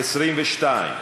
22,